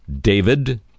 David